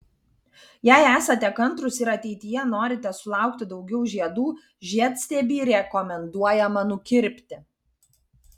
jei esate kantrūs ir ateityje norite sulaukti daugiau žiedų žiedstiebį rekomenduojama nukirpti